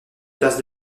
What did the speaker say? place